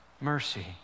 mercy